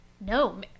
no